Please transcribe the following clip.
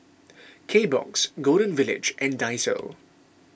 Kbox Golden Village and Daiso